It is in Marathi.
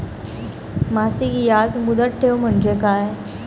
मासिक याज मुदत ठेव म्हणजे काय?